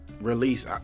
release